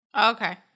okay